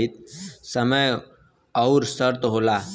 समय अउर शर्त होला